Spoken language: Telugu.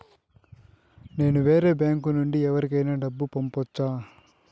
నేను వేరే బ్యాంకు నుండి ఎవరికైనా డబ్బు పంపొచ్చా?